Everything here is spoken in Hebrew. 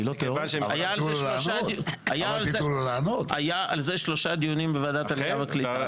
היו על זה שלושה דיונים בוועדת העלייה והקליטה.